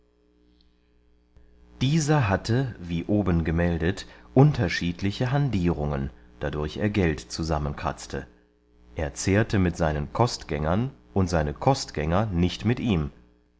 dieser hatte wie oben gemeldet unterschiedliche handierungen dadurch er geld zusammenkratzte er zehrte mit seinen kostgängern und seine kostgänger nicht mit ihm